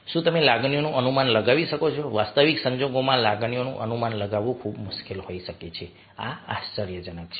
શું તમે લાગણીઓનું અનુમાન લગાવી શકો છો વાસ્તવિક સંજોગોમાં લાગણીઓનું અનુમાન લગાવવું ખૂબ મુશ્કેલ હોઈ શકે છે આ આશ્ચર્યજનક છે